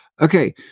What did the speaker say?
Okay